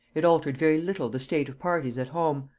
it altered very little the state of parties at home,